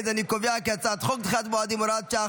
את הצעת חוק דחיית מועדים (הוראת שעה,